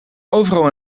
overal